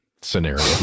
scenario